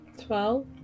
Twelve